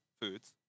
foods